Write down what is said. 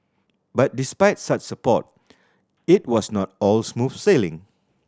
but despite such support it was not all smooth sailing